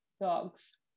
Dogs